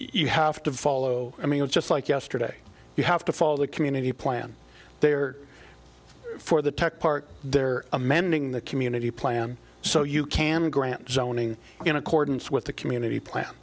you have to follow i mean just like yesterday you have to follow the community plan there for the tech part there amending the community plan so you can grant zoning in accordance with the community plan